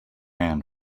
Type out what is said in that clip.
ran